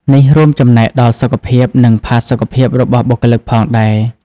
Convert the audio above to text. នេះរួមចំណែកដល់សុខភាព និងផាសុកភាពរបស់បុគ្គលិកផងដែរ។